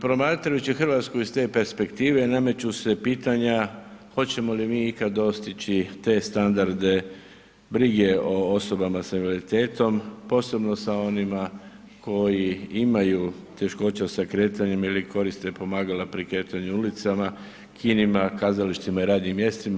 Promatrajući Hrvatsku iz te perspektive nameću se pitanja hoćemo li mi ikad dostići te standarde brige o osobama sa invaliditetom posebno sa onima koji imaju teškoća sa kretanjem ili koriste pomagala pri kretanju ulicama, kinima, kazalištima i radnim mjestima.